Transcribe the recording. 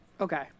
Okay